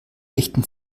richten